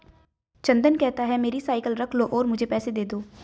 चंदन कहता है, मेरी साइकिल रख लो और मुझे पैसे दे दो